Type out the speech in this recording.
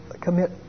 commit